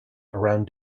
around